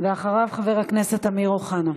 ואחריו, חבר הכנסת אמיר אוחנה.